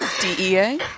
DEA